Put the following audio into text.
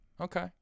Okay